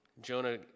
Jonah